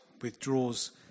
withdraws